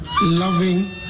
loving